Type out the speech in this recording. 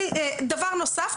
דבר נוסף,